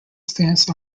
stance